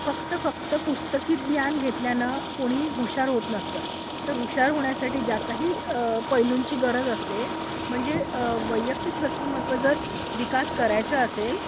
फक्त फक्त पुस्तकी ज्ञान घेतल्यानं कोणी हुशार होत नसतं तर हुशार होण्यासाठी ज्या काही पैलूंची गरज असते म्हणजे वैयक्तिक व्यक्तिमत्व जर विकास करायचा असेल